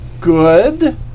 Good